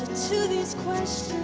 to these questions